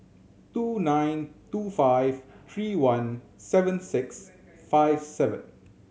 two nine two five three one seven six five seven